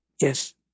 Yes